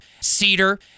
cedar